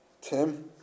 Tim